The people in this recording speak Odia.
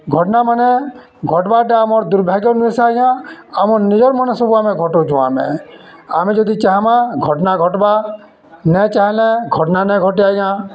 ଘଟ୍ନାମାନେ ଘଟ୍ବାର୍ଟା ଆମର୍ ଦୁର୍ଭାଗ୍ୟ ନୁହେସେ ଆଜ୍ଞା ଆମର୍ ନିଜର୍ ମନେ ସବୁ ଆମେ ଘଟଉଚୁ ଆମେ ଆମେ ଯଦି ଚାହେମା ଘଟନା ଘଟ୍ବା ନେ ଚାହେଁଲେ ଘଟଣା ନାଇଁ ଘଟେ ଆଜ୍ଞା